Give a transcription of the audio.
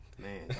Man